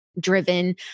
driven